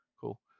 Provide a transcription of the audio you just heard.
Cool